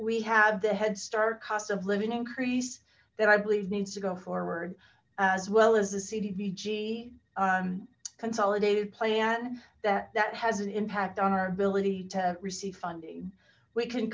we have the headstart cost of living increase that i believe needs to go forward as well as the cdbg consolidated plan that that has an impact on our ability to receive funding we can